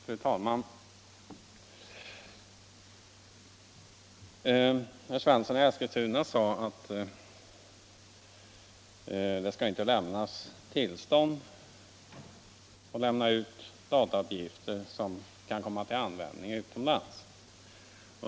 Fru talman! Herr Svensson i Eskilstuna sade att det inte skall ges tillstånd att lämna ut datauppgifter som kan komma till användning utomlands.